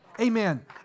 Amen